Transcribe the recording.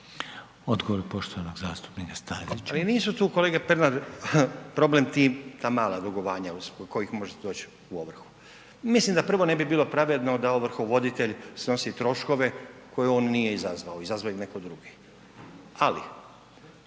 Odgovor poštovanog zastupnika Stazića. **Stazić, Nenad (SDP)** Ali nisu tu kolega Pernar problem ta mala dugovanja zbog kojih možete doći u ovrhu, mislim da prvo ne bi bilo pravedno da ovrhovoditelj snosi troškove koje on nije izazvao, izazvao je neko drugi. Ali